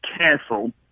careful